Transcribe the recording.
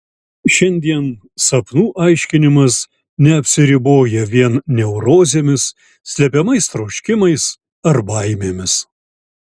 šiandien sapnų aiškinimas neapsiriboja vien neurozėmis slepiamais troškimais ar baimėmis